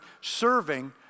serving